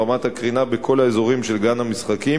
ורמת הקרינה בכל האזורים של גן המשחקים